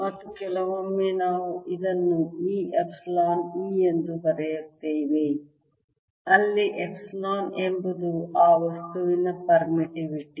ಮತ್ತು ಕೆಲವೊಮ್ಮೆ ನಾವು ಇದನ್ನು E ಎಪ್ಸಿಲಾನ್ E ಎಂದು ಬರೆಯುತ್ತೇವೆ ಅಲ್ಲಿ ಎಪ್ಸಿಲಾನ್ ಎಂಬುದು ಆ ವಸ್ತುವಿನ ಪರ್ಮಿಟಿವಿಟಿ